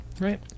Right